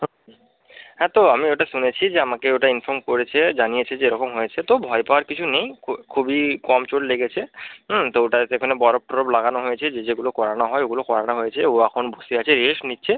সত হ্যাঁ তো আমি ওটা শুনেছি যে আমাকে ওটা ইনফর্ম করেছে জানিয়েছে যে এরকম হয়েছে তো ভয় পাওয়ার কিছু নেই খুবই কম চোট লেগেছে হুম তো ওটাকে সেখানে বরফ টরফ লাগানো হয়েছে যে যেগুলো করানো হয় ওগুলো করানো হয়েছে ও এখন বসে আছে রেস্ট নিচ্ছে